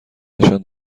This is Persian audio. نشان